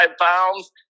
pounds